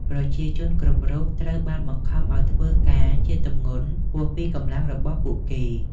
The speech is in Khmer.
ប្រជាជនគ្រប់រូបត្រូវបានបង្ខំឱ្យធ្វើការជាទម្ងន់ហួសពីកម្លាំងរបស់ពួកគេ។